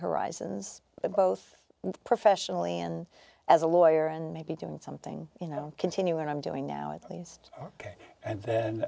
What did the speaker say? horizons both professionally and as a lawyer and maybe doing something you know continue and i'm doing now at least